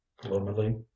gloomily